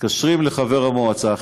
מתקשרים לחבר המועצה,